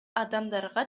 адамдарга